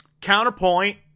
counterpoint